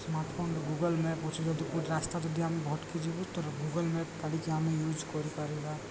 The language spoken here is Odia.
ସ୍ମାର୍ଟ ଫୋନ ଗୁଗଲ୍ ମ୍ୟାପ୍ ଅଛି ଯଦି ରାସ୍ତା ଯଦି ଆମେ ଭଟକି ଯିବୁ ଗୁଗଲ୍ ମ୍ୟାପ୍ ଟିକି ଆମେ ୟୁଜ୍ କରିପାରିବା